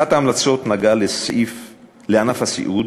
אחת ההמלצות נגעה לענף הסיעוד,